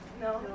No